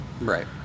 Right